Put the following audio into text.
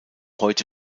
heute